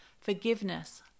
forgiveness